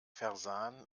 versahen